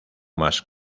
más